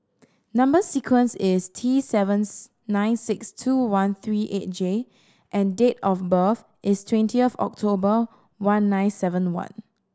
number sequence is T seventh nine six two one three eight J and date of birth is twenty of October one nine seven one